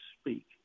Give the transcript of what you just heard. speak